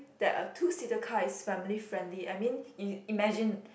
that a two seater car is family friendly I mean im~ imagine